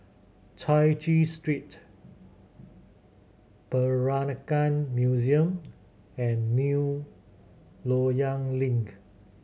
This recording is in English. Chai Chee Street Peranakan Museum and New Loyang Link